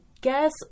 guess